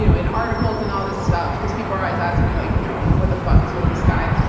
you know in articles, and all this stuff. because people always ask me, like, you know what the fuck is with this guy?